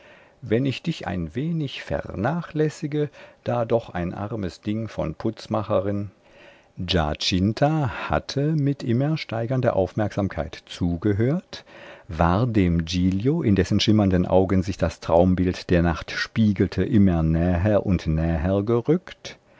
wenn ich dich ein wenig vernachlässige da doch ein armes ding von putzmacherin giacinta hatte mit immer steigender aufmerksamkeit zugehört war dem giglio in dessen schimmernden augen sich das traumbild der nacht spiegelte immer näher und näher gerückt